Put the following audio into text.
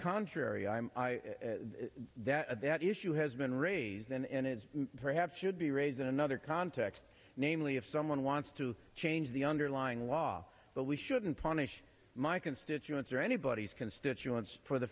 contrary i'm that that issue has been raised and it's perhaps should be raised in another context namely if someone wants to change the underlying law that we shouldn't punish my constituents or anybody's constituents for the